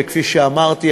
וכפי שאמרתי,